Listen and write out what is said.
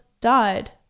died